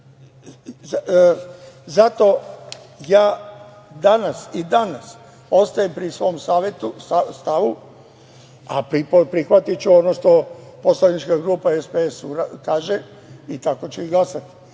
Zato ja i danas ostajem pri svom stavu, a prihvatiću ono što Poslanička grupa SPS kaže i tako ću i glasati,